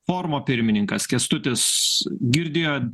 forumo pirmininkas kęstutis girdėjo